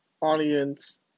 audience